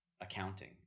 accounting